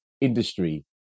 industry